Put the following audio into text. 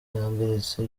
yahagaritse